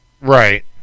Right